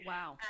Wow